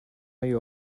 you